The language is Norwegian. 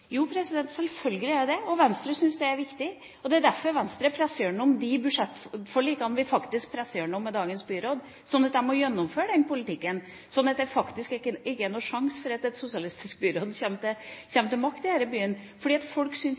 Selvfølgelig er det det, og Venstre syns det er viktig. Det er derfor Venstre presser gjennom de budsjettforlikene vi faktisk presser igjennom med dagens byråd, slik at de må gjennomføre denne politikken, og slik at det faktisk ikke er noen sjanse for at et sosialistisk byråd kommer til makt i denne byen. For folk